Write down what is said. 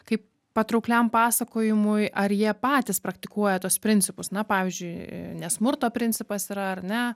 kaip patraukliam pasakojimui ar jie patys praktikuoja tuos principus na pavyzdžiui nesmurto principas yra ar ne